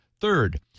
Third